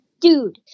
dude